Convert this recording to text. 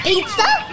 Pizza